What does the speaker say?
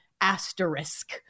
asterisk